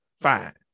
Fine